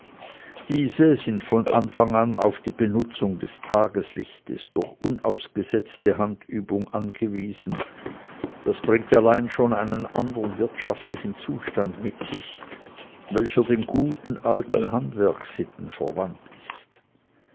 diese sind von anfang an auf die benutzung des tageslichtes durch unausgesetzte handübung angewiesen das bringt allein schon einen andern wirtschaftlichen zustand mit sich welcher den guten alten handwerkssitten verwandt ist